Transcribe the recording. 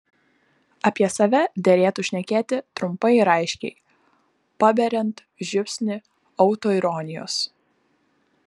apie save derėtų šnekėti trumpai ir aiškiai paberiant žiupsnį autoironijos